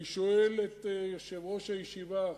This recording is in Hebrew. אני שואל את יושב-ראש הישיבה,